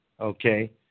okay